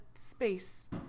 space